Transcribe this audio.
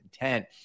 intent